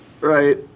Right